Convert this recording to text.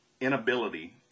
inability